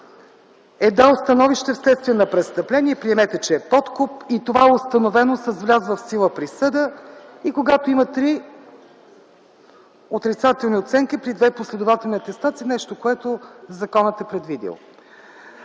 дал становище вследствие на престъпление, приемете, че е подкуп, и това е установено с влязла в сила присъда; и когато има три отрицателни оценки при две последователни атестации – нещо, което законът е предвидил.